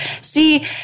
See